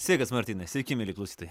sveikas martynai sveiki mieli klausytojai